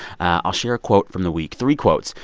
i'll share a quote from the week three quotes.